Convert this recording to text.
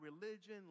religion